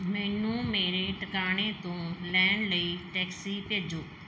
ਮੈਨੂੰ ਮੇਰੇ ਟਿਕਾਣੇ ਤੋਂ ਲੈਣ ਲਈ ਟੈਕਸੀ ਭੇਜੋ